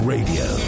Radio